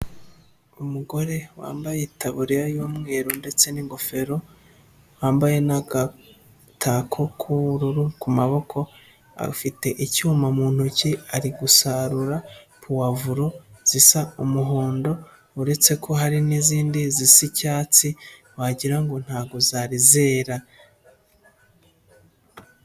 Umugore wambaye itaburiya y'umweru ndetse n'ingofero, wambaye n'agatako k'ubururu ku maboko, afite icyuma mu ntoki ari gusarura pavuro zisa umuhondo, uretse ko hari n'izindi zisa icyatsi, wagirango ngo ntago zari zera.